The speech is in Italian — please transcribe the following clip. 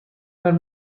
nel